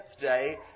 day